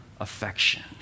affection